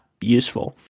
useful